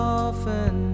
often